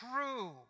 true